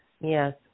Yes